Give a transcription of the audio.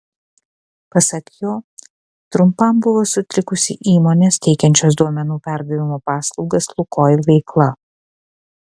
pasak jo trumpam buvo sutrikusi įmonės teikiančios duomenų perdavimo paslaugas lukoil veikla